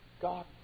God